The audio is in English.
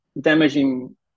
damaging